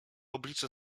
oblicze